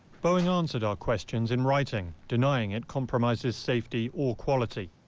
boeing answered our questions in writing, denying it compromises safety or quality.